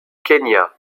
kenya